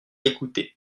écouté